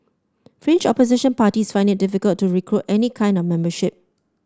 fringe opposition parties find it difficult to recruit any kind of membership